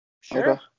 Sure